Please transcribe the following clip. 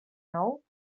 nou